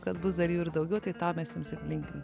kad bus dar jų ir daugiau tai to mes jums ir linkim